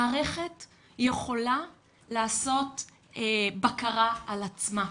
מערכת יכולה לעשות בקרה על עצמה,